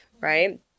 right